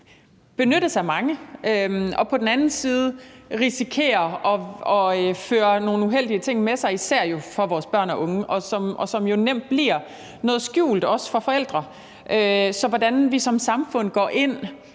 benyttes af mange og på den anden side risikerer at føre nogle uheldige ting med sig, jo især for vores børn og unge, og som jo nemt bliver noget skjult også for forældrene. Så hvordan vi som samfund går ind